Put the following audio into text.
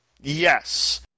Yes